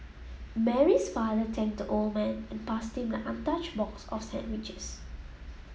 Mary's father thanked the old man and passed him an untouched box of sandwiches